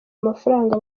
amafaranga